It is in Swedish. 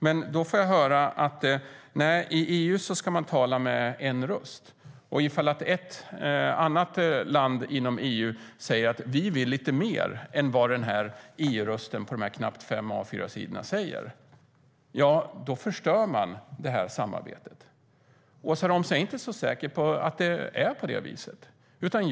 Men då får jag höra att EU ska tala med en röst och att samarbetet förstörs om ett land inom EU säger att man vill lite mer än vad EU-rösten säger på de knappa fem A4-sidorna. Jag är inte så säker på att det är på det viset, Åsa Romson.